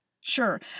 Sure